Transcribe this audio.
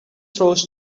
throws